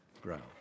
ground